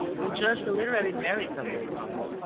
will judge the literary merits of this novel.